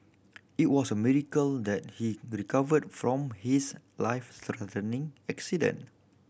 it was a miracle that he recovered from his life accident